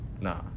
nah